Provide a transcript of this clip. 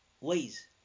ways